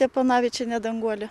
steponavičienė danguolė